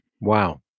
Wow